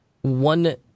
one